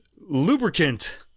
lubricant